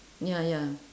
ya ya